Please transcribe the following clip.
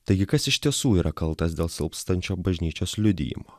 taigi kas iš tiesų yra kaltas dėl silpstančio bažnyčios liudijimo